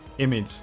image